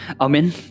amen